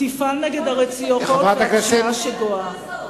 תפעל נגד הרציחות והפשיעה שגואה.